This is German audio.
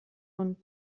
und